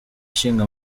ishinga